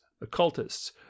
occultists